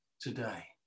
today